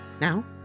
Now